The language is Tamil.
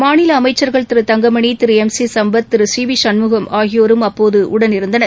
மாநில அமைச்ச்கள் திரு தங்கமணி திரு எம் சி சுப்பத் திரு சி வி சண்முகம் ஆகியோரும் அப்போது உடனிருந்தனர்